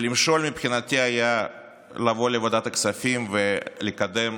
למשול מבחינתי היה לבוא לוועדת הכספים ולקדם